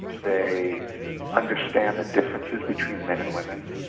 they understand the differences between men and women